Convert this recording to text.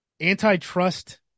antitrust